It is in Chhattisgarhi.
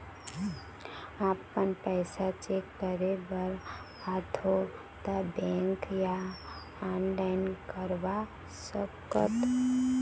आपमन पैसा चेक करे बार आथे ता बैंक या ऑनलाइन करवा सकत?